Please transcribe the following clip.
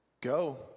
Go